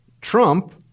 Trump